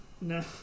No